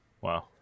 Wow